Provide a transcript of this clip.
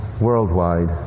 worldwide